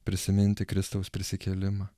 prisiminti kristaus prisikėlimą